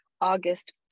August